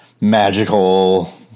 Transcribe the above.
magical